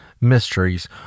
mysteries